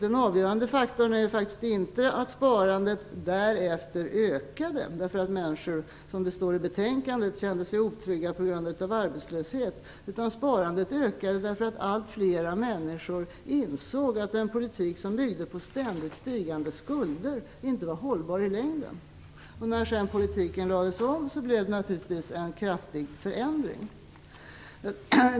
Den avgörande faktorn är faktiskt inte att sparandet därefter ökade, därför att människor som det står i betänkandet kände sig otrygga på grund av arbetslöshet. Sparandet ökade därför att allt fler människor insåg att den politik som byggde på ständigt stigande skulder inte var hållbar i längden. När politiken sedan lades om blev det naturligtvis en kraftig förändring.